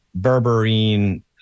berberine